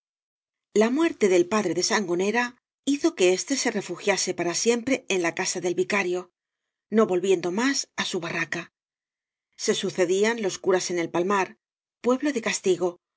la muerte del padre de sangonera hizo que éste se refugiase para siempre en la casa del vicario no volviendo más á su barraca se sucedían los curas en el palmar pueblo de castigo